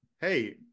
Hey